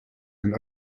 and